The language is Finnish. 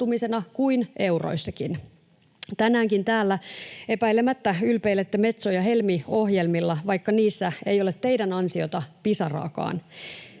kuin euroissakin. Tänäänkin täällä epäilemättä ylpeilette Metso- ja Helmi-ohjelmilla, vaikka niissä ei ole teidän ansiotanne pisaraakaan.